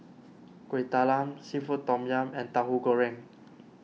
Kuih Talam Seafood Tom Yum and Tauhu Goreng